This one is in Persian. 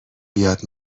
بیاد